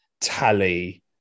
tally